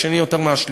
השני יותר מהשלישי,